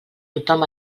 tothom